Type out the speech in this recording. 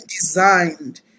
designed